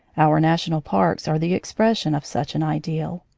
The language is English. our national parks are the expression of such an ideal.